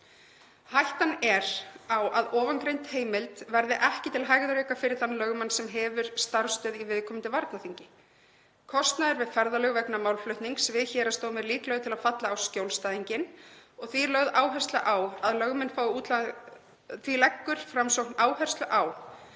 Hættan er á að ofangreind heimild verði ekki til hægðarauka fyrir þann lögmann sem hefur starfsstöð í viðkomandi varnarþingi. Kostnaður við ferðalög vegna málflutnings við héraðsdóm er líklegur til að falla á skjólstæðinginn. Því er lögð áhersla á að lögmenn fái útlagðan ferðakostnað